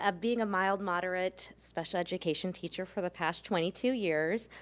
ah being a mild moderate special education teacher for the past twenty two years,